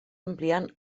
ampliant